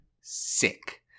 sick